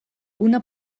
una